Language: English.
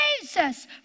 Jesus